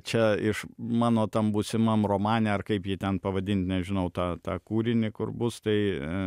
čia iš mano tam būsimam romane ar kaip ji ten pavadint nežinau tą tą kūrinį kur bus tai